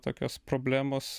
tokios problemos